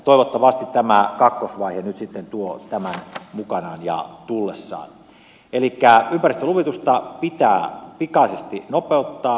toivottavasti tämä kakkosvaihe nyt sitten tuo tämän mukanaan ja tullessaan elikkä ympäristöluvitusta pitää pikaisesti nopeuttaa